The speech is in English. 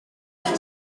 for